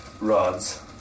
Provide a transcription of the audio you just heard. rods